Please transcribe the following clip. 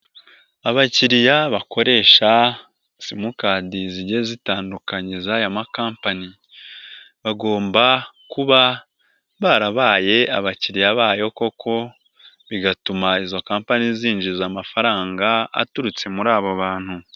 Abakiriya bakoresha simukadizigiye zitandu z'aya ma kampanyi, bagomba kuba barabaye abakiriya bayo koko bigatuma izo kampanyi zinjiza amafaranga aturutse muri abo bantu.